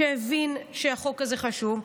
שהבין שהחוק הזה חשוב,